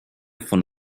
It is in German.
von